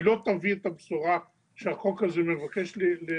והיא לא תביא את הבשורה שהחוק הזה מבקש להביא.